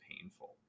painful